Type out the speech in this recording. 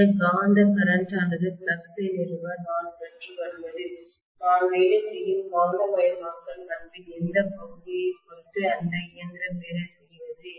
இந்த காந்த கரண்ட் ஆனது ஃப்ளக்ஸ் ஐ நிறுவ நான் பெற்று வருவது நான் வேலை செய்யும் காந்தமயமாக்கல் பண்பின் எந்தப் பகுதியைப் பொறுத்தது அல்லது இயந்திரம் வேலை செய்கிறது